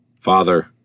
Father